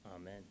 Amen